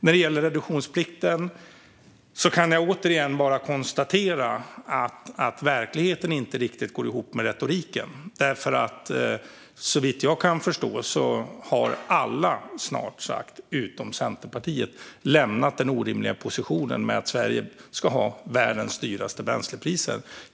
När det gäller reduktionsplikten kan jag återigen konstatera att verkligheten inte riktigt går ihop med retoriken. Såvitt jag förstår har snart sagt alla utom Centerpartiet lämnat den orimliga positionen att Sverige ska ha världens dyraste bränslepriser.